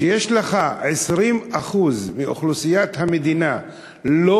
כשיש לך 20% מאוכלוסיית המדינה שלא